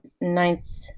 ninth